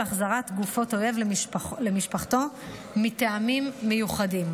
החזרת גופות אויב למשפחתו מטעמים מיוחדים.